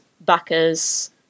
backers